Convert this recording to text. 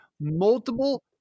multiple